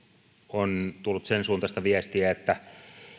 on tullut sen suuntaista viestiä että nämä